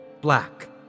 black